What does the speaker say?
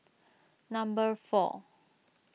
number four